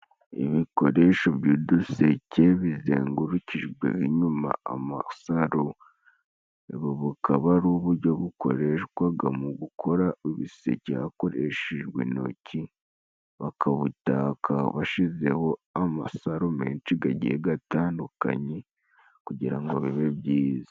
Ibikoresho by'uduseke bizengurukijweho inyuma amasaro, ubu bukaba ari ubujyo bukoreshwaga mu gukora ibiseke hakoreshejwe intoki, bakabutaka bashizeho amasaro menshi gagiye gatandukanye kugira nko bibe byiza.